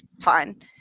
fine